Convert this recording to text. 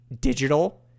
digital